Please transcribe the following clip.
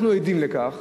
אנחנו עדים לכך